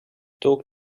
talk